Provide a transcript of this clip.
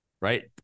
right